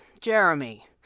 Jeremy